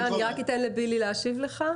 אני אתן לבילי להשיב לך.